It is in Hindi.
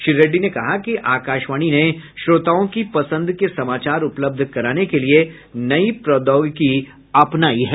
श्री रेड्डी ने कहा कि आकाशवाणी ने श्रोताओं की पसंद के समाचार उपलब्ध कराने के लिए नई प्रौद्योगिकी अपनाई है